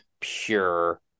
pure